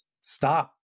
stop